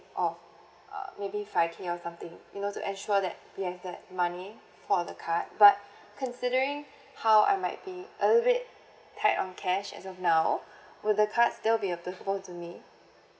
of uh maybe five K or something you know to ensure that we have that money for the card but considering how I might be a little bit tight on cash as of now would the card still be to me